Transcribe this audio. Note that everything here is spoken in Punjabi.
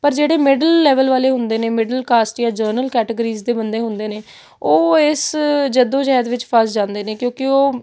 ਪਰ ਜਿਹੜੇ ਮਿਡਲ ਲੈਵਲ ਵਾਲੇ ਹੁੰਦੇ ਨੇ ਮਿਡਲ ਕਾਸਟ ਜਾਂ ਜਨਰਲ ਕੈਟਾਗਰੀਜ਼ ਦੇ ਬੰਦੇ ਹੁੰਦੇ ਨੇ ਉਹ ਇਸ ਜੱਦੋ ਜਹਿਦ ਵਿੱਚ ਫਸ ਜਾਂਦੇ ਨੇ ਕਿਉਂਕਿ ਉਹ